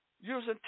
using